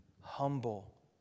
humble